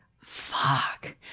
fuck